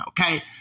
okay